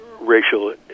racial